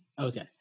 okay